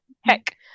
heck